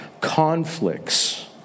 conflicts